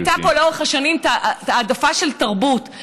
שהייתה פה לאורך השנים העדפה של תרבות.